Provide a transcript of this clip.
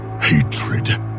hatred